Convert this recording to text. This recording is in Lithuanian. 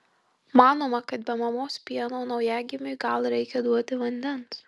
manoma kad be mamos pieno naujagimiui gal reikia duoti vandens